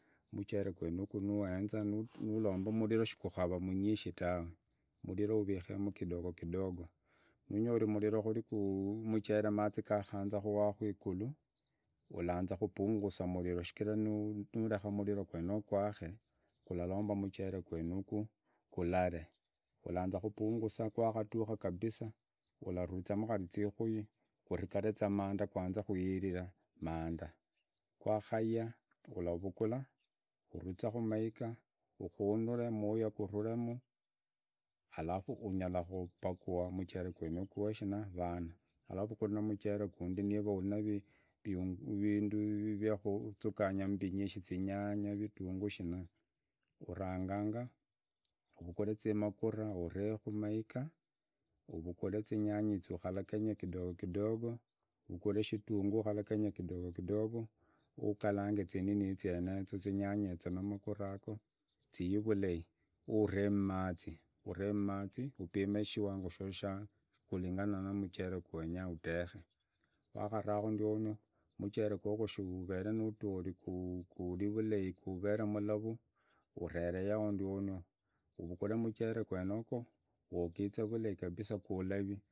Muchere gwenugu nuuwenza, nuromba muliro, shukara munyishi tawe, muliro uvikemu kidogokidogo nunyori muliro ku muhere mazi gakaanza kuwaku kwigulu ulaana kupungua mulala, shichira nureka muliro kwazana gwake gularomba mchera gwenuku guluree, alaanza kupungusa gwakaduka kabisa ularuriza mu khari zigwi, ztigare za maanda guanze kuyirira maanda gwakayia uvukula ururize kumaiga, ukunure mwaya kurule mu alafu anyala kupakua mhele gwenugu uwe vaana alafu kureo na muhere gundi nivaa uri na vindu vinyishi vya kutsuganya zinyanya vitunguru shina yezo ukalange maguraa na mchele wenga udeke. Wakaraku ndiona muchere awogwo shuvere nuudori guvee vulei guvare mulavu uvere yao ndiono, uvagule muchere gwanogo uogie vulai kabisa gulavi.